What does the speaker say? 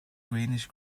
greenish